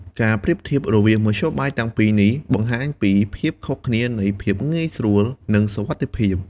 ការប្រៀបធៀបរវាងមធ្យោបាយទាំងពីរនេះបង្ហាញពីភាពខុសគ្នានៃភាពងាយស្រួលនិងសុវត្ថិភាព។